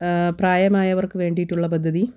പ്രായമായവർക്ക് വേണ്ടീട്ടുള്ള പദ്ധതി